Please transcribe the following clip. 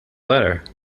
letter